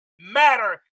matter